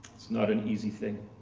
it's not an easy thing.